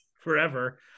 forever